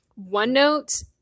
OneNote